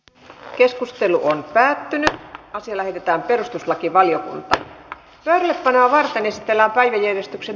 keskustelu on päättynyt ja siellä jota perustuslakivaliokunta sai rauhassa risteillä päättyi